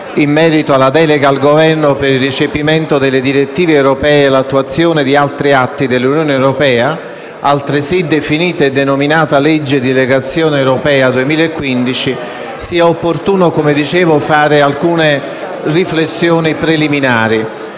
in merito alla delega al Governo per il recepimento delle direttive europee e l'attuazione di altri atti dell'Unione europea, altresì definita e denominata legge di delegazione europea 2015, credo sia opportuno fare alcune riflessioni preliminari